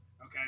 Okay